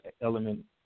element